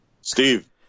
Steve